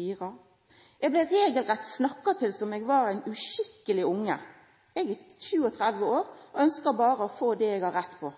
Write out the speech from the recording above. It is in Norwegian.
«Jeg ble regelrett snakket til som jeg var et uskikkelig barn. Jeg er 37 år og ønsker bare å få det jeg har rett på.»